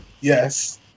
Yes